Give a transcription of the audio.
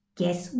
Guess